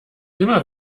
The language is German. immer